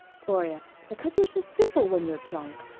gloria because you're so simple when you're drunk.